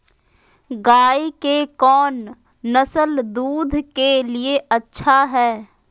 गाय के कौन नसल दूध के लिए अच्छा है?